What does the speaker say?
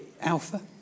Alpha